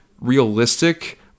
realistic